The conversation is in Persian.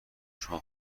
شما